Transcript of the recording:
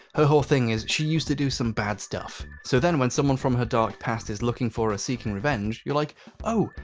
her whole thing is she used to do some bad stuff, so then when someone from her dark past is looking for a seeking revenge. you're like oh,